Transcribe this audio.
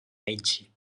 meiji